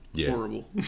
Horrible